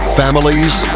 families